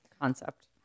concept